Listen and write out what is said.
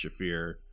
Shafir